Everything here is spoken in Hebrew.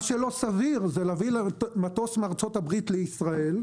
לא סביר זה להביא מטוס מארצות הברית לישראל,